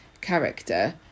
character